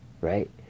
right